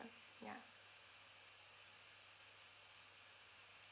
yeah